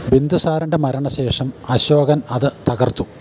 ബിന്ദുസാറിന്റെ മരണശേഷം അശോകൻ അത് തകർത്തു